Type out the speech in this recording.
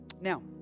Now